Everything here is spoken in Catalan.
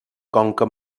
conca